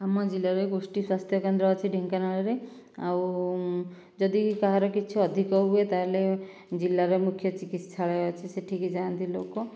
ଆମ ଜିଲ୍ଲାରେ ଗୋଷ୍ଠୀ ସ୍ୱାସ୍ଥ୍ୟକେନ୍ଦ୍ର ଅଛି ଢେଙ୍କାନାଳରେ ଆଉ ଯଦି କାହାର କିଛି ଅଧିକ ହୁଏ ତାହେଲେ ଜିଲ୍ଲାର ମୁଖ୍ୟ ଚିକିତ୍ସାଳୟ ଅଛି ସେଠିକି ଯାଆନ୍ତି ଲୋକ